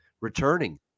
returning